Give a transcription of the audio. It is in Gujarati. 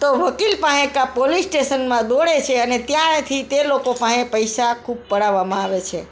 તો વકીલ પાસે કાં પોલીસ સ્ટેશનમાં દોડે છે અને ત્યાંથી તે લોકો પાસે પૈસા ખૂબ પડાવવામાં આવે છે